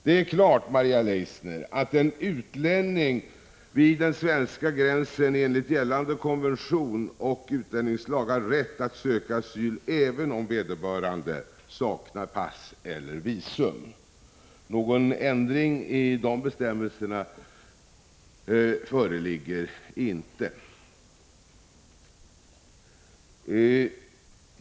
Det är klart, Maria Leissner, att en utlänning vid den svenska gränsen enligt gällande konvention och utlänningslag har rätt att söka asyl, även om vederbörande saknar pass eller visum. Någon ändring av dessa bestämmelser föreligger inte.